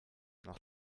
noch